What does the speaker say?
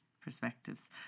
perspectives